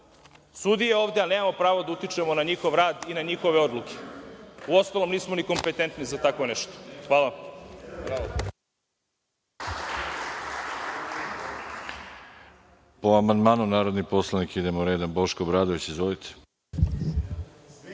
sudije ovde, ali nemamo pravo da utičemo na njihov rad i na njihove odluke, uostalom nismo ni kompetentni za tako nešto. Hvala.